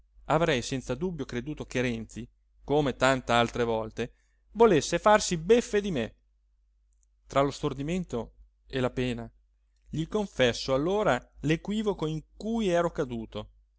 avrei senza dubbio creduto che renzi come tant'altre volte volesse farsi beffe di me tra lo stordimento e la pena gli confesso allora l'equivoco in cui ero caduto